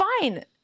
fine